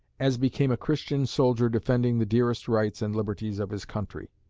as became a christian soldier defending the dearest rights and liberties of his country.